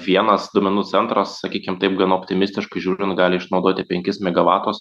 vienas duomenų centras sakykim taip gana optimistiškai žiūrint gali išnaudoti penkis megavatus